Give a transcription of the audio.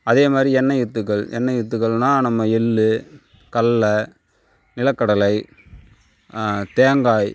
அதேமாதிரி எண்ணெய் வித்துகள் எண்ணெய் வித்துகள்னா நம்ம எள் கடல நிலக்கடலை தேங்காய்